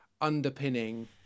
underpinning